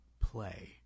play